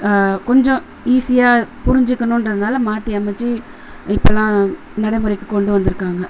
கொஞ்சம் ஈஸியாக புரிஞ்சிக்கணுன்றதனால மாற்றி அமைத்து இப்போலாம் நடைமுறைக்கு கொண்டு வந்திருக்காங்க